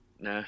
Nah